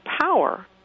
power